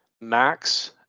Max